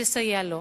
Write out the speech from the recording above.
ותסייע לו.